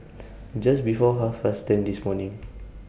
Just before Half Past ten This morning